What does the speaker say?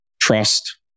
trust